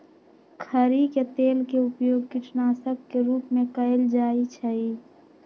खरी के तेल के उपयोग कीटनाशक के रूप में कएल जाइ छइ